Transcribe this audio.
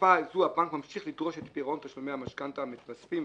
בתקופה זו הבנק ממשיך לדרוש את פירעון תשלומי המשכנתה המתווספים,